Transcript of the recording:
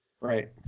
Right